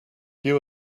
you